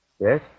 Yes